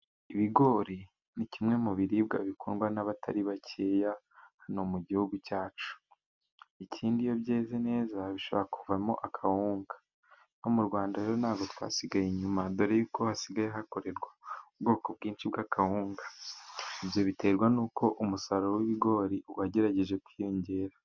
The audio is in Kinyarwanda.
Ibigori ni kimwe mu biribwa bikundwa n'abatari bakeya hano mu gihugu cyacu, ikindi iyo byeze neza bishobora kuvamo akawunga no mu Rwanda rero ntabwo twasigaye inyuma, dore y'uko hasigaye hakorerwa ubwoko bwinshi bw'akawunga, ibyo biterwa n'uko umusaruro w'ibigori wagerageje kwiyongera.